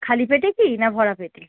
খালি পেটে কি না ভরা পেটে